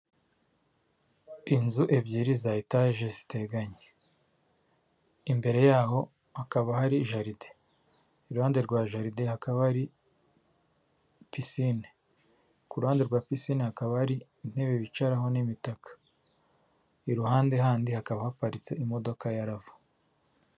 Inzu ebyiri za etaje ziteganye, imbere yaho hakaba hari jaride, iruhande rwa jaride hakaba hari pisine, ku ruhande rwa pisine hakaba hari intebe bicaraho n'imitaka, iruhande handi hakaba haparitse imodoka ya rava.